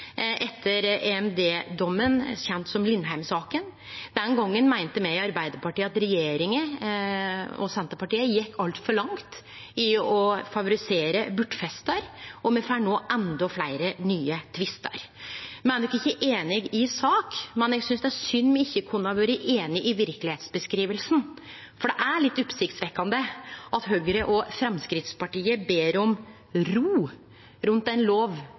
etter EMD-dommen kjent som Lindheim-saka. Den gongen meinte me i Arbeidarpartiet at regjeringa og Senterpartiet gjekk altfor langt i å favorisere bortfestar, og me får no endå fleire nye tvistar. Me er nok ikkje einige i sak, men eg synest det er synd me ikkje kunne vere einige om verkelegheitsbeskrivinga, for det er litt oppsiktsvekkjande at Høgre og Framstegspartiet ber om ro rundt ein lov